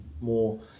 more